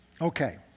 Okay